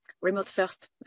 remote-first